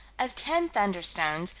of ten thunderstones,